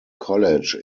college